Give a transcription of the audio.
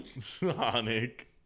Sonic